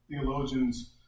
theologians